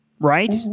Right